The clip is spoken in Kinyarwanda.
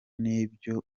n’ibyo